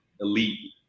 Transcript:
elite